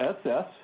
SS